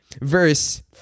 verse